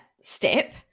step